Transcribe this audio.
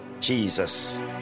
Jesus